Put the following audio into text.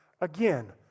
again